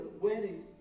wedding